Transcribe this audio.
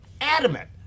adamant